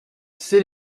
c’est